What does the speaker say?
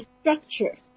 structure